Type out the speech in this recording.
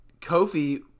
Kofi